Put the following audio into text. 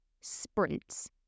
sprints